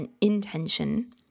intention